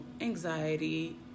anxiety